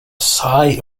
sigh